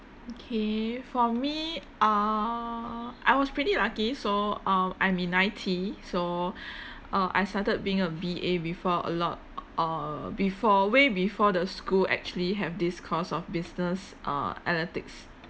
okay for me err I was pretty lucky so uh I'm in I_T so uh I started being a V_A before a lot uh before way before the school actually have this course of business uh analytics